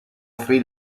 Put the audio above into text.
free